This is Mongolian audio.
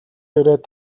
ирээд